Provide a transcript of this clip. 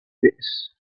this